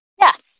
Yes